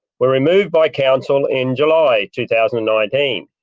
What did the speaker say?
were removed by council in july two thousand and nineteen.